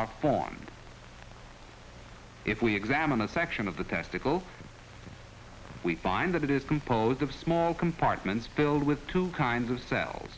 are formed if we examine a section of the testicles we find that it is composed of small compartments filled with two kinds of cells